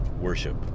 Worship